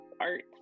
art